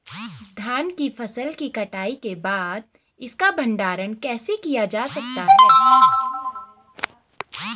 धान की फसल की कटाई के बाद इसका भंडारण कैसे किया जा सकता है?